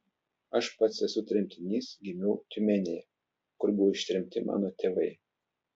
aš pats esu tremtinys gimiau tiumenėje kur buvo ištremti mano tėvai